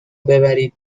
ببرید